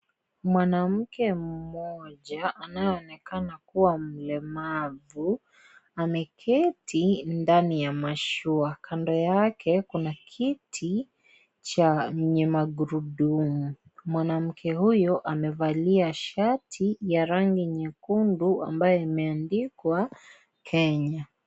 Mwanamke mmoja anayeonekana kuwa mlemavu ameketi ndani ya mashua. Kando yake kuna kiti cha magurudumu. Mwanamke huyo amevalia shati ya rangi nyekundu ambaye imeandikwa Kenya.